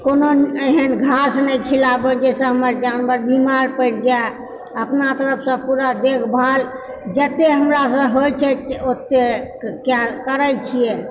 कोनो एहन घास नहि खिलाबहुँ जाहिसँ हमर जानवर बीमार पड़ि जाइ अपना तरफसँ पूरा देखभाल जतय हमरासँ होइत छै ओतेक करैत छियै